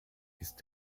ist